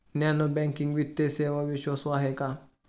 Non banking वित्तीय सेवा विश्वासू आहेत का?